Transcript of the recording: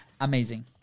amazing